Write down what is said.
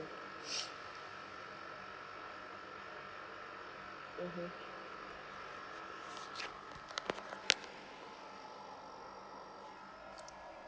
mmhmm